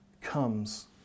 comes